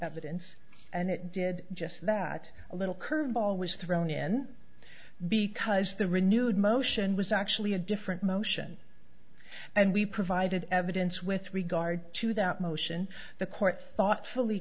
evidence and it did just that a little curveball was thrown in because the renewed motion was actually a different motion and we provided evidence with regard to that motion the court thoughtfully